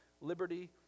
liberty